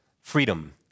freedom